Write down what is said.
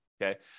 Okay